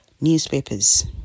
Newspapers